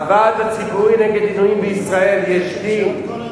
הוועד הציבורי נגד עינויים בישראל, "יש דין".